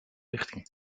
richting